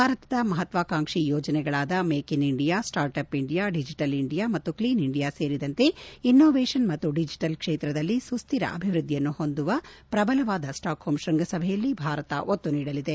ಭಾರತದ ಮಹತ್ವಕಾಂಕ್ಷಿ ಯೋಜನೆಗಳಾದ make in India start up India digital India ಮತ್ತು ಕ್ಷೇನ್ ಇಂಡಿಯಾ ಸೇರಿದಂತೆ ಇನೋವೇಷನ್ ಮತ್ತು ಡಿಜಿಟಲ್ ಕ್ಷೇತ್ರದಲ್ಲಿ ಸುಚ್ಚರ ಅಭಿವೃದ್ದಿಯನ್ನು ಹೊಂದುವ ಪ್ರಬಲವಾದ ಸ್ಟಾಕ್ಹೋಮ್ ಶೃಂಗಸಭೆಯಲ್ಲಿ ಭಾರತ ಒತ್ತು ನೀಡಲಿದೆ